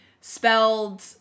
spelled